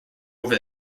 over